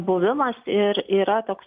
buvimas ir yra toks